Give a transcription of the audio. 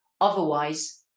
Otherwise